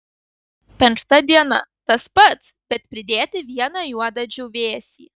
penkta diena tas pats bet pridėti vieną juodą džiūvėsį